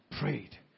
prayed